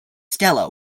stella